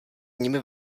nimi